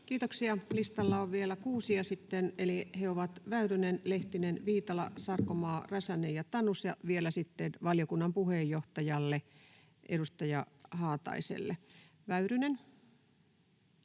Kiitoksia. — Listalla on vielä kuusi, eli he ovat Väyrynen, Lehtinen, Viitala, Sarkomaa, Räsänen ja Tanus, ja vielä sitten valiokunnan puheenjohtaja, edustaja Haatainen. — Väyrynen.